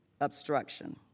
obstruction